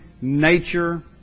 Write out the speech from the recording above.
nature